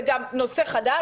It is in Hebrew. וזה גם נושא חדש.